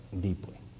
deeply